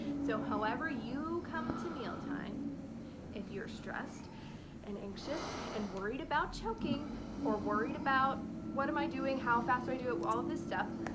so however you come to mealtime if you're stressed and anxious and worried about choking or worried about what am i doing? how fast do i do it? all this stuff.